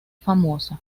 famosa